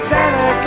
Santa